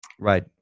Right